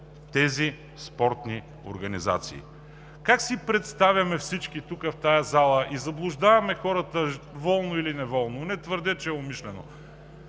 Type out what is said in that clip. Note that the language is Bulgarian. тези спортни организации. Как си представяме всички тук в тази зала и заблуждаваме хората волно или неволно, не твърдя, че е умишлено,